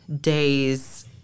days